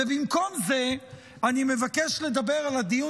ובמקום זה אני מבקש לדבר על הדיון